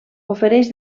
ofereix